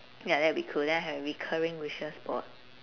ya that'll be cool then I'll have recurring wishes for